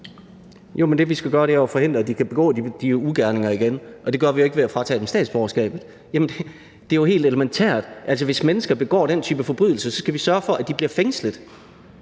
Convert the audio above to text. Jo, men det, vi skal gøre, er jo at forhindre, at de kan begå de ugerninger igen, og det gør vi jo ikke ved at fratage dem statsborgerskabet. Det er jo helt elementært: Hvis mennesker begår den type forbrydelser, skal vi sørge for, at de bliver fængslet.